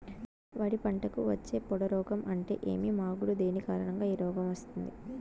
వరి పంటకు వచ్చే పొడ రోగం అంటే ఏమి? మాగుడు దేని కారణంగా ఈ రోగం వస్తుంది?